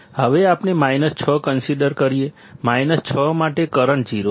હવે આપણે 6 કન્સિડર કરીએ 6 માટે કરંટ 0 છે